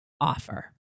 offer